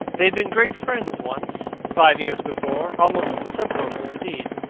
they had been great friends once, five years before almost inseparable, indeed.